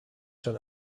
schon